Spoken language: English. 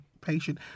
patient